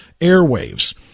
airwaves